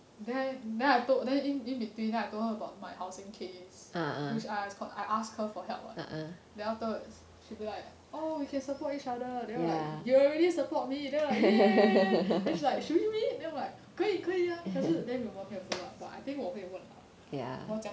then then I told then in in between then I told her about my housing case which I I asked her for help [what] then afterwards she be like oh we can support each other then I'm like you already really support me then I'm like !yay! then she like should we meet then I'm like 可以可以 ah 可是 then 我们没有 follow up but I think 我会问 lah